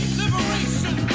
liberation